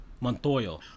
montoya